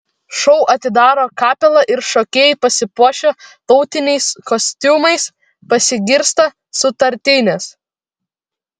šou atidaro kapela ir šokėjai pasipuošę tautiniais kostiumais pasigirsta sutartinės